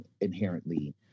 inherently